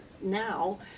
now